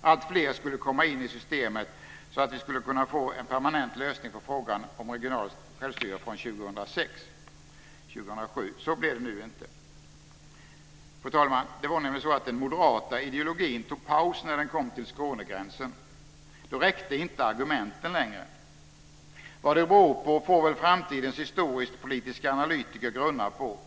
alltfler skulle komma in i systemet så att vi skulle kunna få en permanent lösning på frågan om regionalt självstyre från 2006 eller 2007. Så blir det nu inte. Fru talman! Den moderata ideologin tog paus när den kom till Skånegränsen. Då räckte inte argumenten längre. Vad det beror på får väl framtidens historisk-politiska analytiker grunna på.